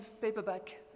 paperback